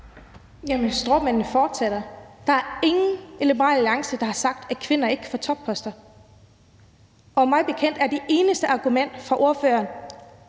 stråmanden fortsætter. Der er ingen i Liberal Alliance, der har sagt, at kvinder ikke kan få topposter. Og mig bekendt er det eneste argument fra ordføreren